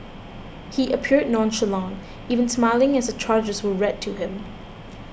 he appeared nonchalant even smiling as the charges were read to him